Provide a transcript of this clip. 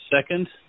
Second